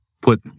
put